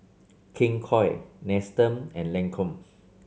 King Koil Nestum and Lancome